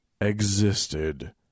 existed